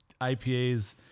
IPAs